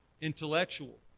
intellectual